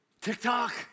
TikTok